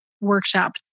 workshop